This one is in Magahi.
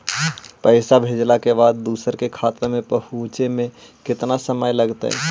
पैसा भेजला के बाद दुसर के खाता में पहुँचे में केतना समय लगतइ?